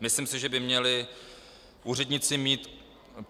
Myslím si, že by měli úředníci mít